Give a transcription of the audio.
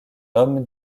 homme